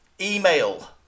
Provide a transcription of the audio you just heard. Email